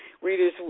readers